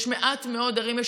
יש מעט מאוד ערים,